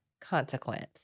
consequence